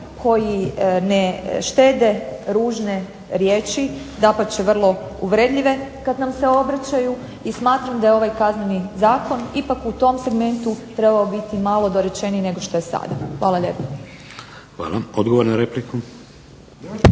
koji ne štede ružne riječi, dapače vrlo uvredljive kad nam se obraćaju i smatram da je ovaj kazneni zakon ipak u tom segmentu trebao biti malo dorečeniji nego što je sada. Hvala lijepo. **Šeks,